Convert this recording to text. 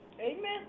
Amen